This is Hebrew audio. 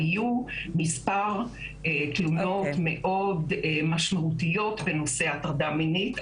היו מספר תלונות מאוד משמעותיות בנושא הטרדה מינית,